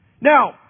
Now